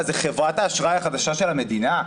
זאת חברת האשראי החדשה של המדינה?